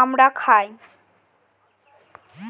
আমরা খাই